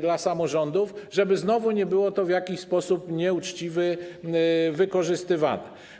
dla samorządów, żeby znowu nie było to w jakiś sposób nieuczciwy wykorzystywane.